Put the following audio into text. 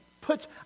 puts